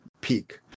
peak